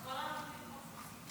התשפ"ה 2024,